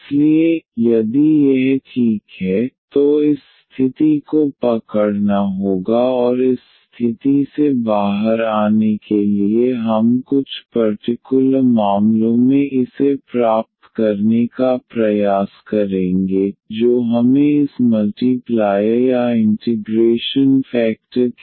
इसलिए यदि यह ठीक है तो इस स्थिति को पकड़ना होगा और इस स्थिति से बाहर आने के लिए हम कुछ पर्टिकुलर मामलों में इसे प्राप्त करने का प्रयास करेंगे जो हमें इस मल्टीप्लायर या इंटिग्रेशन फेकटर के फॉर्म में चाहिए